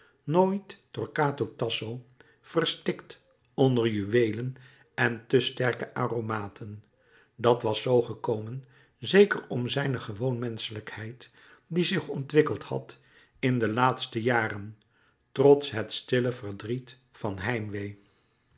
nooit torquato tasso verstikt onder juweelen en te sterke aromaten dat was zoo gekomen zeker om zijne gewoon menschelijkheid die zich ontwikkeld had in de laatste jaren trots het stille verdriet van heimwee